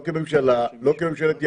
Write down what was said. לא כממשלה, לא כממשלת ימין.